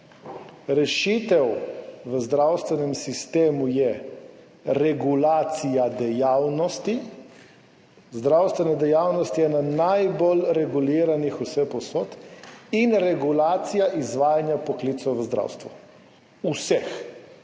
rešitev v zdravstvenem sistemu je regulacija dejavnosti, zdravstvena dejavnost je ena najbolj reguliranih vsepovsod, in regulacija izvajanja poklicev v zdravstvu, vseh,